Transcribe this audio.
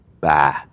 Bye